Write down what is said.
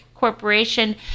Corporation